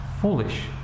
foolish